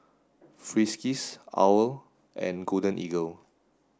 Friskies OWL and Golden Eagle